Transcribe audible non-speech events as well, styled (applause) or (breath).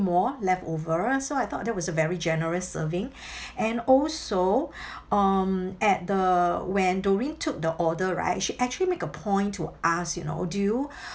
more left over so I thought that was a very generous serving (breath) and also (breath) um at the when doreen took the order right she actually make a point to ask you know do you (breath)